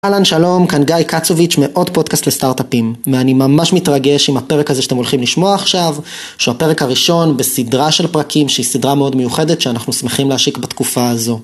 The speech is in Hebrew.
אהלן שלום כאן גיא קצוביץ' מעוד פודקאסט לסטארטאפים ואני ממש מתרגש עם הפרק הזה שאתם הולכים לשמוע עכשיו שהוא הפרק הראשון בסדרה של פרקים שהיא סדרה מאוד מיוחדת שאנחנו שמחים להשיק בתקופה הזו.